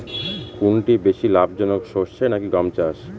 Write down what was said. কোনটি বেশি লাভজনক সরষে নাকি গম চাষ?